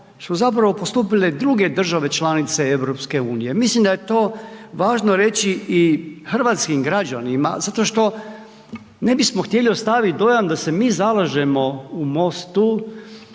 su zapravo postupile druge države članice EU. Mislim da je to važno reći i hrvatskim građanima, zato što ne bismo htjeli dojam da se mi zalažemo u MOSTU